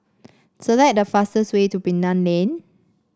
select the fastest way to Bilal Lane